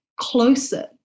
closer